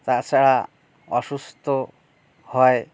তাছাড়া অসুস্থ হয়